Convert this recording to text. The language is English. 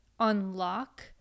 unlock